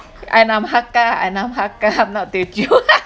and I'm hakka and I'm hakka I'm not teochew